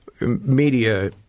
Media